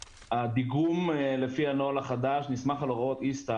הדיגום לפי הנוהל החדש נסמך על הוראות ISTA,